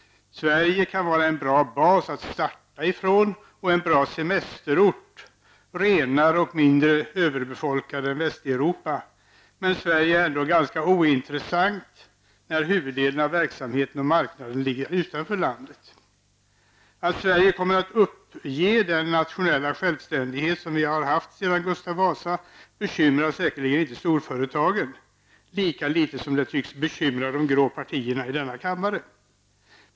Sverige kan vara en bra bas att starta från, och en bra semesterort, renare och mindre överbefolkad än Västeuropa, men Sverige är ändå ganska ointressant när huvuddelen av verksamheten och marknaden ligger utanför landet. Att Sverige kommer att uppge den nationella självständighet som vi haft sedan Gustav Vasa bekymrar säkerligen inte storföretagen, lika litet som det tycks bekymra de grå partierna i denna kammare.